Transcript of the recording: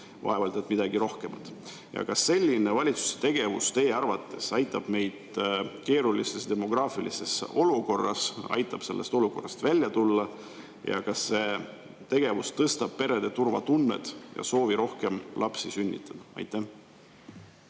vaevalt et midagi rohkemat. Kas selline valitsuse tegevus aitab teie arvates meid keerulises demograafilises olukorras, aitab sellest olukorrast välja tulla ja kas see tegevus suurendab perede turvatunnet ja soovi rohkem lapsi sünnitada? Aitäh!